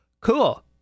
cool